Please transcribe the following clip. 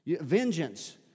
vengeance